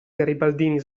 garibaldini